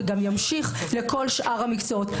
וגם ימשיך לכל שאר המקצועות.